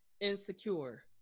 insecure